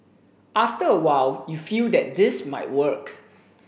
after a while you feel that this might work